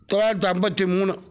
தொள்ளாயிரத்து ஐம்பத்தி மூணு